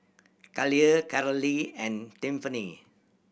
Khalil Carolee and Tiffany